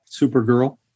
Supergirl